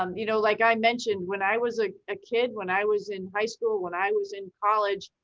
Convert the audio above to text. um you know like i mentioned, when i was a ah kid, when i was in high school, when i was in college,